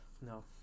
No